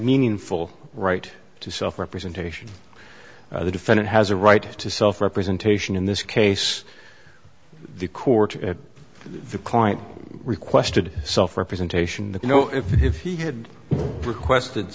meaningful right to self representation the defendant has a right to self representation in this case the court the client requested self representation that you know if he had requested